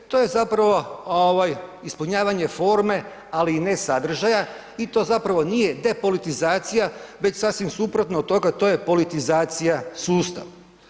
To je zapravo ispunjavanje forme, ali i ne sadržaja i to zapravo nije depolitizacija već sasvim suprotno od toga, to je politizacija sustava.